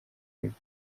live